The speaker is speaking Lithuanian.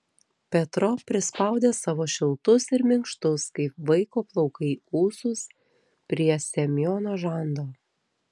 petro prispaudė savo šiltus ir minkštus kaip vaiko plaukai ūsus prie semiono žando